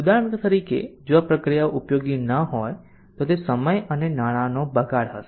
ઉદાહરણ તરીકે જો આ પ્રક્રિયાઓ ઉપયોગી ન હોય તો તે સમય અને નાણાંનો બગાડ હશે